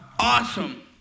Awesome